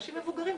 אנשים מבוגרים,